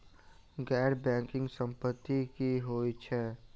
गैर बैंकिंग संपति की होइत छैक?